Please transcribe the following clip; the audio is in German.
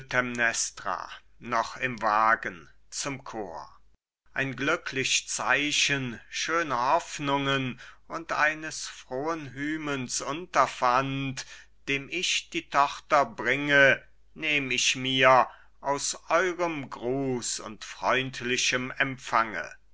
ein glücklich zeichen schöne hoffnungen und eines frohen hymens unterpfand dem ich die tochter bringe nehm ich mir aus eurem gruß und freundlichen empfange